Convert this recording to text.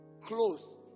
close